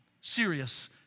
Serious